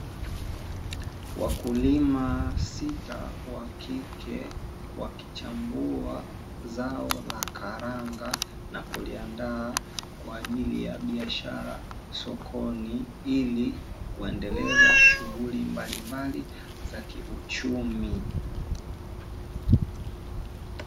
Wakulima sita wa kike wakichambua zao la karanga na kuliandaa kwa ajili ya biashara sokoni ili kuendeleza shughuli mbalimbali za kiuchumi.